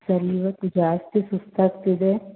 sir ಇವತ್ತು ಜಾಸ್ತಿ ಸುಸ್ತು ಆಗ್ತಿದೆ